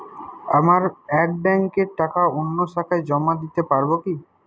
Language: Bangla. আমার এক ব্যাঙ্কের টাকা অন্য শাখায় জমা দিতে পারব কি?